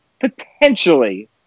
potentially